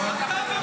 שקרן.